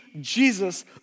Jesus